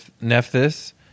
Nephthys